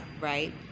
Right